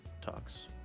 talks